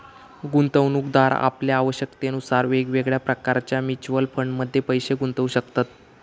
गुंतवणूकदार आपल्या आवश्यकतेनुसार वेगवेगळ्या प्रकारच्या म्युच्युअल फंडमध्ये पैशे गुंतवू शकतत